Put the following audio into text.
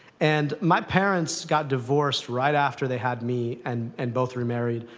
and my parents got divorced right after they had me, and and both remarried.